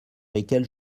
lesquels